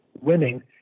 winning